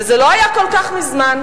וזה לא היה כל כך מזמן.